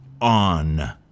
on